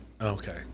okay